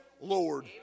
Lord